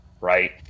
right